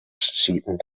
sieten